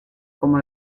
como